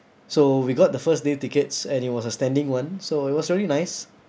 so we got the first day tickets and it was standing one so it was very nice